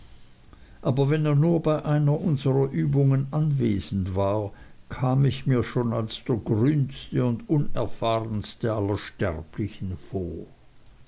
aber wenn er nur bei unseren übungen anwesend war kam ich mir schon als der grünste und unerfahrenste aller sterblichen vor